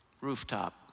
rooftop